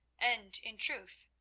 and, in truth,